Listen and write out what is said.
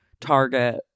Target